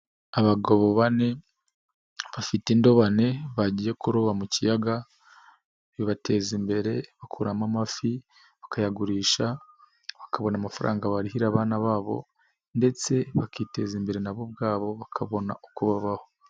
Abagabo bane bafite indobane bagiye kuroba mu kiyaga, bibateza imbere, bakuramo amafi bakayagurisha, bakabona amafaranga barihira abana babo ndetse bakiteza imbere nabo ubwabo bakabona uko babaho.